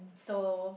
so